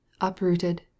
uprooted